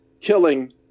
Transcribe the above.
killing